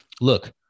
look